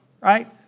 right